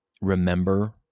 remember